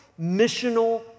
missional